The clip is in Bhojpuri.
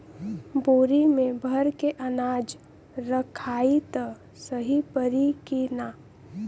बोरी में भर के अनाज रखायी त सही परी की ना?